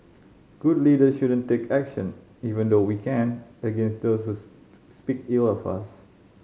good leaders shouldn't take action even though we can against those who speak ill of us